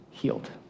healed